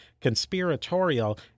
conspiratorial